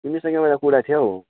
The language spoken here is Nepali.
तिमीसँग एउटा कुरा थियो हौ